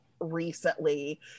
recently